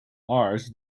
ours